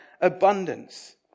abundance